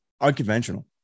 unconventional